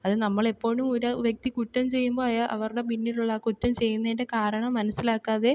അത് നമ്മൾ എപ്പോഴും ഒരു വ്യക്തി കുറ്റം ചെയ്യുമ്പോൾ അയാൾ അവരുടെ പിന്നിലുള്ള ആ കുറ്റം ചെയ്യുന്നതിൻ്റെ കാരണം മനസ്സിലാക്കാതെ